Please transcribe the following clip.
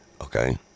Okay